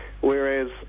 whereas